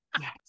Yes